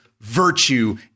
virtue